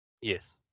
Yes